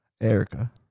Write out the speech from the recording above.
Erica